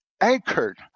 anchored